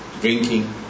drinking